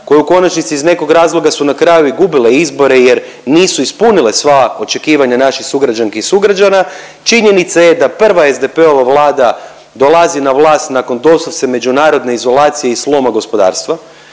koje u konačnici iz nekog razloga su na kraju i gubile izbore jer nisu ispunile sva očekivanja naših sugrađanki i sugrađana. Činjenica je da prva SDP-ova Vlada dolazi na vlast nakon doslovce međunarodne izolacije i sloma gospodarstva